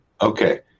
Okay